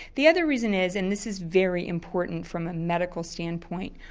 the other reason is and this is very important from a medical standpoint,